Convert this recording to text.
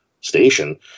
station